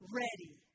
ready